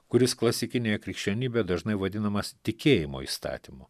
kuris klasikinėje krikščionybėje dažnai vadinamas tikėjimo įstatymu